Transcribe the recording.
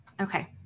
Okay